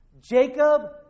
Jacob